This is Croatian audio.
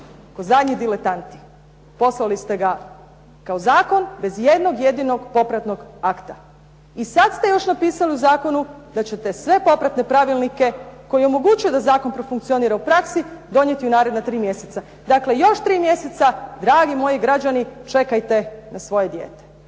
kao zadnji diletanti. Poslali ste ga kao zakon bez jednog jedinog popratnog akta. I sada ste još napisali u zakonu da ćete sve popratne pravilnike koji omogućuju da zakon profunkcionira u praksi, donijeti u naredna tri mjeseca. Dakle, još tri mjeseca dragi moji građani čekajte na svoje dijete.